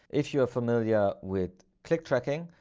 if you're familiar with click tracking,